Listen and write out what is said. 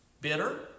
Bitter